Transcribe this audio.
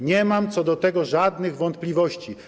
Nie mam co do tego żadnych wątpliwości.